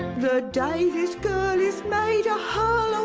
the day this girl is made a hearl,